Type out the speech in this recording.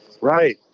Right